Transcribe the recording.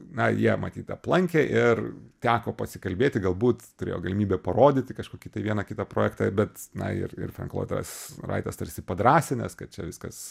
na jie matyt aplankė ir teko pasikalbėti galbūt turėjo galimybę parodyti kažkokį tai vieną kitą projektą bet na ir ir frenk loidas raitas tarsi padrąsinęs kad čia viskas